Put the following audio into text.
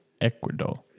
Ecuador